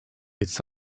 its